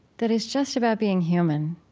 that is just about being human.